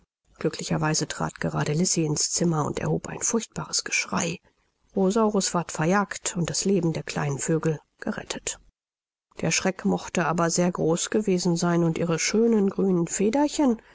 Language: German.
glücklicherweise trat gerade lisi ins zimmer und erhob ein furchtbares geschrei rosaurus ward verjagt und das leben der kleinen vögel gerettet der schreck mochte aber sehr groß gewesen sein und ihre schönen grünen federchen